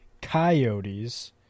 Coyotes